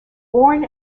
born